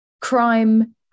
crime